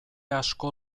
asko